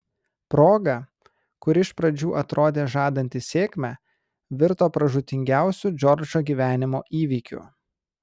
proga kuri iš pradžių atrodė žadanti sėkmę virto pražūtingiausiu džordžo gyvenimo įvykiu